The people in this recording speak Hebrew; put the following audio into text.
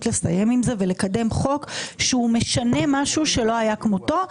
לסיים עם זה ולקדם חוק שהוא משנה משהו שלא היה כמותו.